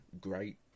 great